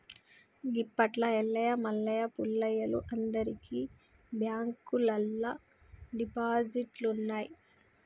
గిప్పట్ల ఎల్లయ్య మల్లయ్య పుల్లయ్యలు అందరికి బాంకుల్లల్ల డిపాజిట్లున్నయ్